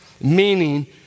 meaning